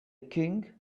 king